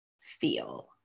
feel